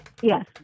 Yes